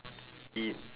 eat